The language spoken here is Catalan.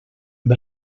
amb